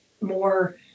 more